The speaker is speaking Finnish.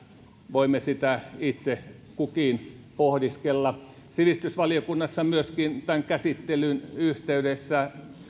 voimme sitä itse kukin pohdiskella sivistysvaliokunnassa myöskin tämän käsittelyn yhteydessä paitsi että